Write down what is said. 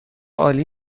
عالی